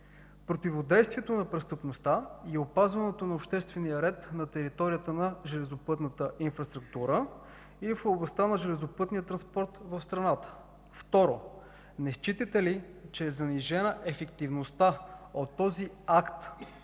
противодействието на престъпността и опазването на обществения ред на територията на железопътната инфраструктура и в областта на железопътния транспорт в страната? Второ, не считате ли, че е занижена ефективността от този акт